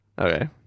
okay